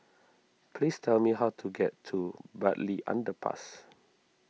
please tell me how to get to Bartley Underpass